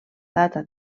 data